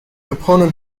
opponent